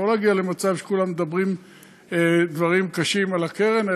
לא להגיע למצב שכולם מדברים דברים קשים על הקרן,